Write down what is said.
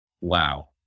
wow